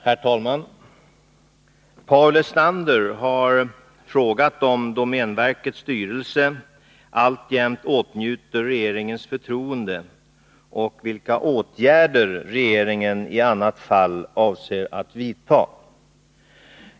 Herr talman! Paul Lestander har frågat om domänverkets styrelse alltjämt åtnjuter regeringens förtroende och vilka åtgärder regeringen i annat fall avser att vidta.